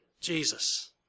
Jesus